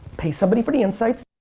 pay somebody for the insights,